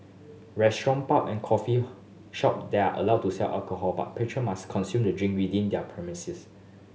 restaurant pub and coffee shop there are allowed to sell alcohol but patron must consume the drink within their premises